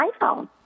iPhone